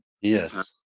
Yes